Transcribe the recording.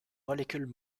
molécule